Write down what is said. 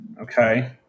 Okay